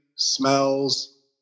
smells